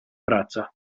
braccia